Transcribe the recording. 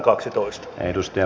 arvoisa puhemies